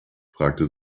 fragte